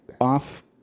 off